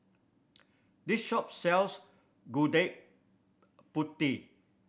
this shop sells Gudeg Putih